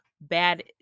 bad